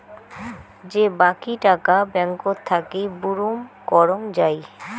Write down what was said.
যে বাকী টাকা ব্যাঙ্কত থাকি বুরুম করং যাই